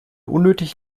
unnötigen